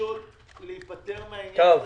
פשוט להיפטר מהעניין הזה,